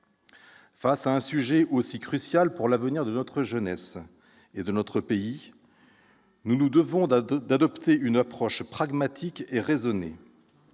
Face à un sujet aussi crucial pour l'avenir de notre jeunesse et de notre pays, nous nous devons d'adopter une approche pragmatique et raisonnée.